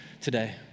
today